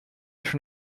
schon